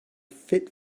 fit